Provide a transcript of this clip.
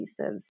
adhesives